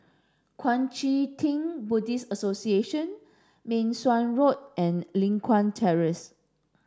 Kuang Chee Tng Buddhist Association Meng Suan Road and Li Hwan Terrace